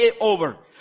over